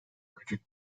küçük